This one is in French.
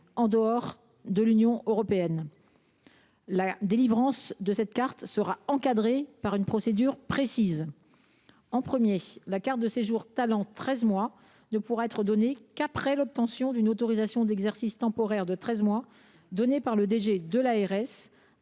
en dehors de l’Union européenne. La délivrance de cette carte sera encadrée par une procédure précise. Tout d’abord, la carte de séjour de treize mois ne pourra être donnée qu’après l’obtention d’une autorisation d’exercice temporaire de treize mois donnés par le directeur